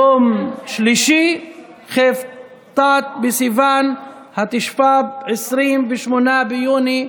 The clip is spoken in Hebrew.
יום שלישי כ"ט בסיוון התשפ"ב, שנייה,